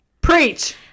Preach